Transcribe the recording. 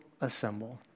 assemble